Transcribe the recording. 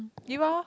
give or